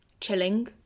chilling